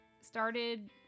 started